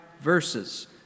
verses